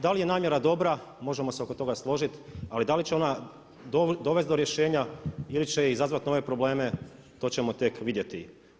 Da li je namjera dobra možemo se oko toga složiti, ali da li će ona dovest do rješenja ili će izazvati nove probleme to ćemo tek vidjeti.